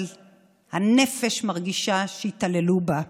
אבל הנפש מרגישה שהתעללו בה.